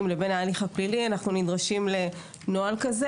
ובין ההליך הפלילי אנחנו נדרשים לנוהל כזה.